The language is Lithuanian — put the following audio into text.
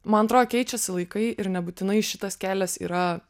man atrodo keičiasi laikai ir nebūtinai šitas kelias yra